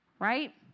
right